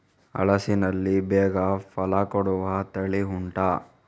ಹಲಸಿನಲ್ಲಿ ಬೇಗ ಫಲ ಕೊಡುವ ತಳಿ ಉಂಟಾ